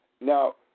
Now